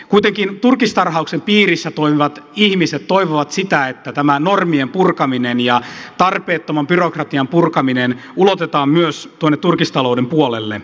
kuitenkin turkistarhauksen piirissä toimivat ihmiset toivovat sitä että tämä normien purkaminen ja tarpeettoman byrokratian purkaminen ulotetaan myös tuonne turkistalouden puolelle